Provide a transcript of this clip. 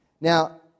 Now